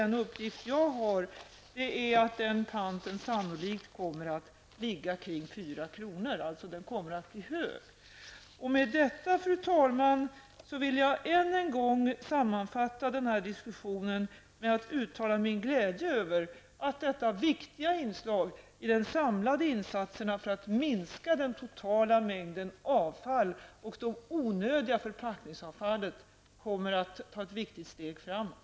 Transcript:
Enligt uppgift kommer panten att bli hög, sannolikt kring 4 kr. Med detta, fru talman, vill jag än en gång sammanfatta denna diskussion med att uttala min glädje över att detta viktiga inslag i de samlade insatserna för att minska den totala mängden avfall inkl. de onödiga förpackningsavfallen kommer att ta ett viktigt steg framåt.